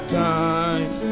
time